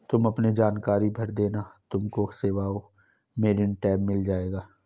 तुम अपने जानकारी भर देना तुमको सेवाओं में ऋण टैब मिल जाएगा